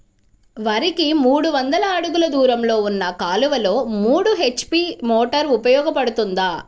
వరికి మూడు వందల అడుగులు దూరంలో ఉన్న కాలువలో మూడు హెచ్.పీ మోటార్ ఉపయోగపడుతుందా?